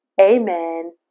Amen